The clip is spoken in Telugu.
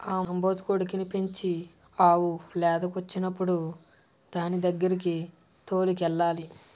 ఆంబోతు కోడిని పెంచి ఆవు లేదకొచ్చినప్పుడు దానిదగ్గరకి తోలుకెళ్లాలి